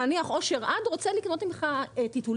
נניח "אושר עד" רוצה לקנות ממך טיטולים,